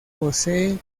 posee